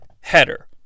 Header